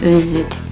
Visit